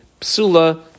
psula